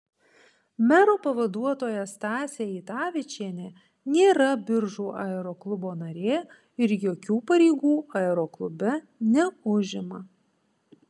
mero pavaduotoja stasė eitavičienė nėra biržų aeroklubo narė ir jokių pareigų aeroklube neužima